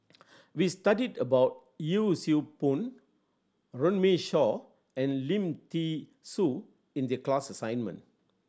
we studied about Yee Siew Pun Runme Shaw and Lim Thean Soo in the class assignment